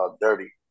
Dirty